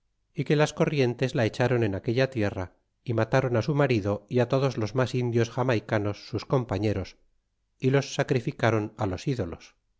y que las corrientes la echaron en aquella tierra y mataron á su marido y todos los mas indios xamaicanos sus compaiieros y los sacrificaron a los ídolos